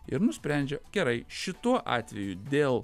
ir nusprendžia gerai šituo atveju dėl